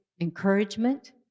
encouragement